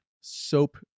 soap